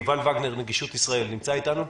יובל וגנר מנגישות ישראל, נמצא איתנו?